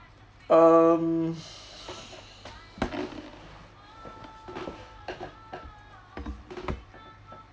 um